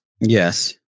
Yes